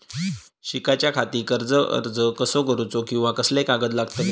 शिकाच्याखाती कर्ज अर्ज कसो करुचो कीवा कसले कागद लागतले?